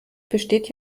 besteht